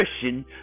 Christian